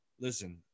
listen